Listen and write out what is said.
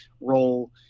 role